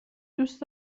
دوست